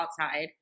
outside